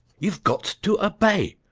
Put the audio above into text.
you've got to obey,